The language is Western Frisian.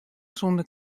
sonder